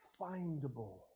findable